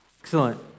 Excellent